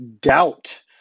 doubt